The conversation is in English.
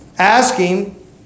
Asking